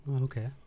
Okay